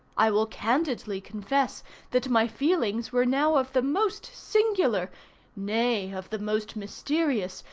i will candidly confess that my feelings were now of the most singular nay, of the most mysterious,